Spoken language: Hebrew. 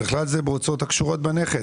ובכלל זה בהוצאות הקשורות בנכס,